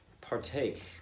partake